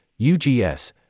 UGS